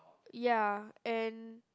ya and